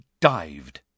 dived